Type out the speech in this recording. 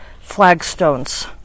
flagstones